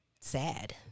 sad